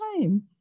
time